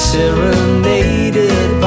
Serenaded